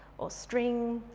or string,